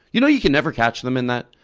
you know you can never catch them in that,